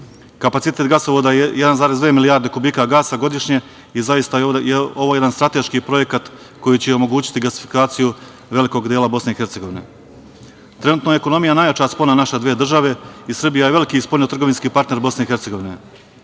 gasovoda je 1,2 milijarde kubika gasa godišnje i zaista je ovo jedan strateški projekat koji će omogućiti gasifikaciju velikog dela Bosne i Hercegovine. Trenutno je ekonomija najjača spona naše dve države i Srbija je veliki spoljno-trgovinski partner Bosne